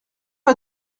vas